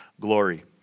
glory